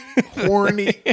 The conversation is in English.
horny